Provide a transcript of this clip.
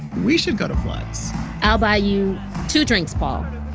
we should go to flux i'll buy you two drinks, paul.